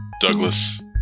Douglas